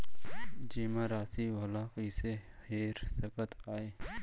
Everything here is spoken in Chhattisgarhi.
जेमा राशि भला कइसे हेर सकते आय?